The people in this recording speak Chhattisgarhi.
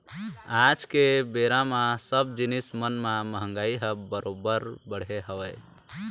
आज के बेरा म सब जिनिस मन म महगाई ह बरोबर बढ़े हवय